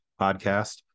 podcast